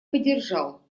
поддержал